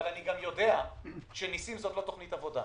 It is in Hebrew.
אבל אני גם יודע שניסים זה לא תוכנית עבודה.